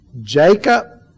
Jacob